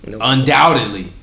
undoubtedly